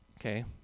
Okay